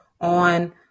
on